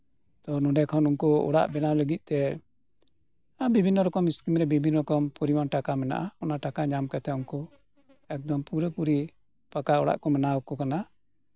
ᱛᱚ ᱱᱚᱸᱰᱮ ᱠᱷᱚᱱ ᱩᱱᱠᱩ ᱚᱲᱟᱜ ᱵᱮᱱᱟᱣ ᱞᱟᱹᱜᱤᱫ ᱛᱮ ᱵᱤᱵᱷᱤᱱᱱᱚ ᱨᱚᱠᱚᱢ ᱥᱠᱤᱢ ᱨᱮ ᱵᱤᱵᱷᱤᱱᱱᱚ ᱨᱚᱠᱚᱢ ᱴᱟᱠᱟ ᱢᱮᱱᱟᱜᱼᱟ ᱚᱱᱟ ᱴᱟᱠᱟ ᱧᱟᱢ ᱠᱟᱛᱮᱫ ᱩᱱᱠᱩ ᱮᱠᱫᱚᱢ ᱯᱩᱨᱟᱹᱯᱩᱨᱤ ᱯᱟᱠᱟ ᱚᱲᱟᱜ ᱠᱚ ᱵᱮᱱᱟᱣᱟᱠᱚ ᱠᱟᱱᱟ